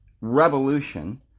revolution